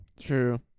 True